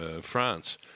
France